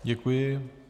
Děkuji.